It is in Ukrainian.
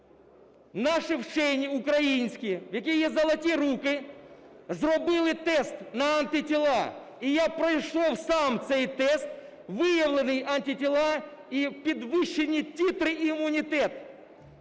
Наші вчені українські, в яких є "золоті" руки, зробили тест на антитіла, і я пройшов сам цей тест, виявлені антитіла і підвищені титри імунітету.